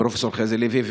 פרופ' חזי לוי.